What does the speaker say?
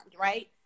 right